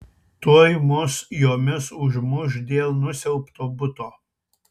tuoj mus jomis užmuš dėl nusiaubto buto